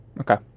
Okay